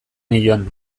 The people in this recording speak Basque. nion